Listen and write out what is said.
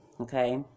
Okay